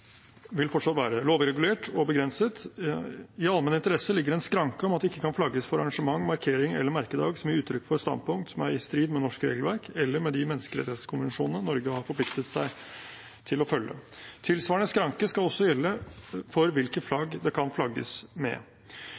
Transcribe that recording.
vil fortsatt være lovregulert og begrenset. I «allmenn interesse» ligger en skranke om at det ikke kan flagges for arrangement, markering eller merkedag som gir uttrykk for standpunkter som er i strid med norsk regelverk eller med de menneskerettighetskonvensjonene Norge har forpliktet seg til å følge. Tilsvarende skranke skal også gjelde for hvilke flagg det kan flagges med.